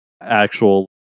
actual